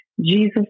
Jesus